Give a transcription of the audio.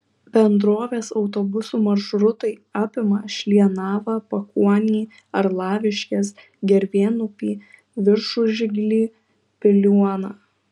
bendrovės autobusų maršrutai apima šlienavą pakuonį arlaviškes gervėnupį viršužiglį piliuoną